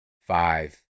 five